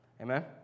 Amen